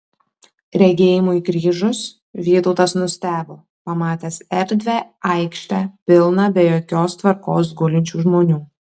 regėjimui grįžus vytautas nustebo pamatęs erdvią aikštę pilną be jokios tvarkos gulinčių žmonių